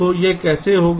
तो यह कैसे होगा